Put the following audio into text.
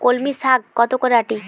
কলমি শাখ কত করে আঁটি?